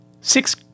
six